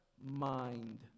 Mind